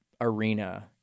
arena